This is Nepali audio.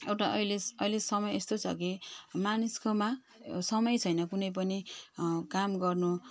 एउटा अहिले अहिले समय यस्तो छ कि मानिसकोमा समय छैन कुनै पनि काम गर्नु